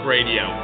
Radio